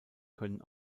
können